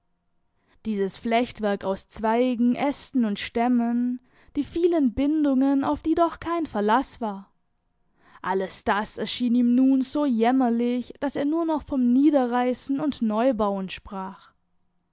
dieses flechtwerk aus zweigen ästen und stämmen die vielen bindungen auf die doch kein verlaß war alles das erschien ihm nun so jämmerlich daß er nur noch vom niederreißen und neubauen sprach